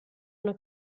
una